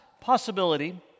possibility